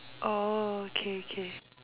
orh okay okay